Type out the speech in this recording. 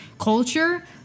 culture